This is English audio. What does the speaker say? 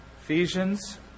Ephesians